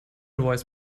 voice